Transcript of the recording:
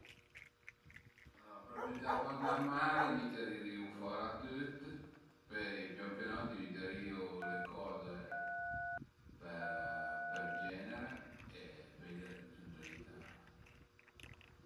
Për büté apost 'n armari mi tirirìu fora tüt, pöi pian pianot dividerìu le coze per genere e pöi le bütu ëndrinta